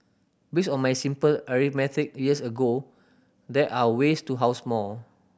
based on my simple arithmetic years ago there are ways to house more